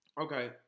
Okay